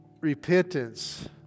Repentance